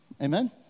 Amen